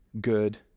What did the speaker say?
good